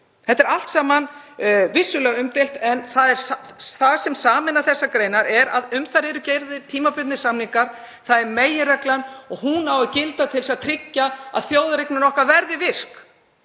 saman er þetta vissulega umdeilt en það sem sameinar þessar greinar er að um þær eru gerðir tímabundnir samningar. Það er meginreglan og hún á að gilda til að tryggja að þjóðareignin okkar verði virk.